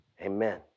Amen